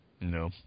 No